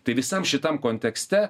tai visam šitam kontekste